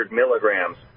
milligrams